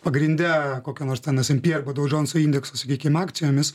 pagrinde kokio nors ten asimpiego dou džonso indekso sakykim akcijomis